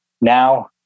now